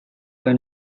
were